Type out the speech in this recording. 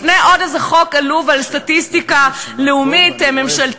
לפני עוד איזה חוק עלוב על סטטיסטיקה לאומית ממשלתית,